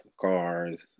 cars